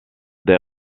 des